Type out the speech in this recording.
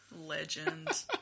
Legend